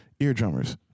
eardrummers